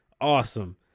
Awesome